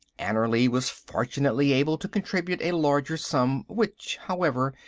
annerly was fortunately able to contribute a larger sum, which, however,